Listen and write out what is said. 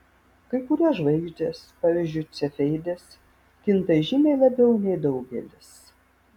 kai kurios žvaigždės pavyzdžiui cefeidės kinta žymiai labiau nei daugelis